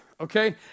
Okay